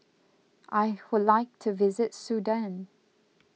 I would like to visit Sudan